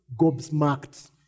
gobsmacked